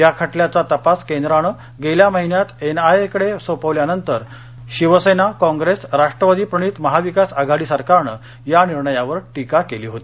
ह्या खटल्याचा तपास केंद्रानं गेल्या महिन्यात एनआयए कडे सोपवल्यानंतर सेना कॉप्रेस राष्ट्रवादी प्रणीत महाविकास आघाडी सरकारनं ह्या निर्णयावर टीका केली होती